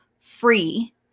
free